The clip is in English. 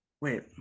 Wait